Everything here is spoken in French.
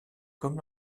comme